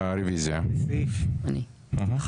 הצבעה בעד 4 נגד 7 נמנעים אין לא אושר.